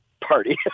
party